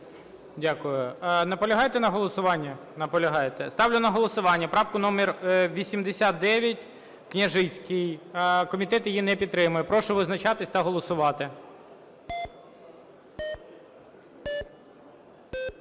Дякую. Наполягаєте на голосуванні? Наполягаєте. Ставлю на голосування правку номер 89, Княжицький, комітет її не підтримує. Прошу визначатися та голосувати.